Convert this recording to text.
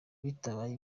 bitabaye